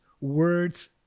words